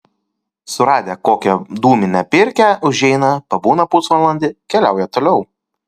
suradę kokią dūminę pirkią užeina pabūna pusvalandį keliauja toliau